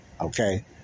Okay